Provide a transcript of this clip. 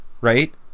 right